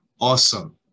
awesome